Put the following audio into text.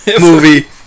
movie